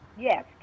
yes